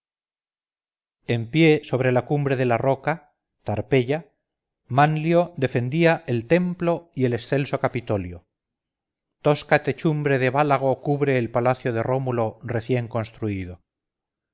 en pie sobre la cumbre de la roca tarpeya manlio defendía el templo y el excelso capitolio tosca techumbre de bálago cubre el palacio de rómulo recién construido